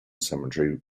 cemetery